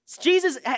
Jesus